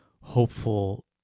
hopeful